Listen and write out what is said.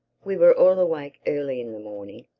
we were all awake early in the morning,